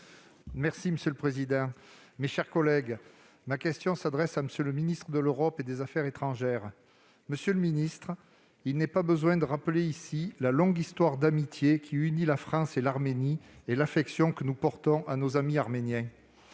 progressistes et indépendants. Ma question s'adresse à M. le ministre de l'Europe et des affaires étrangères. Monsieur le ministre, il n'est pas besoin de rappeler ici la longue histoire d'amitié qui unit la France et l'Arménie et l'affection que nous portons à nos amis arméniens.